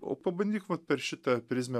o pabandyk vat per šitą prizmę